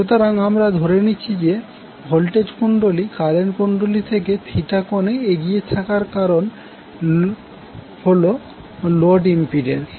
সুতরাং আমরা ধরে নিচ্ছি যে ভোল্টেজ কুণ্ডলী কারেন্ট কুণ্ডলী থেকে কোনে এগিয়ে থাকার কারন হল লোড ইম্পিড্যান্স